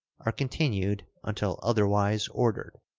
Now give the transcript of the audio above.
are continued until otherwise ordered.